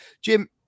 Jim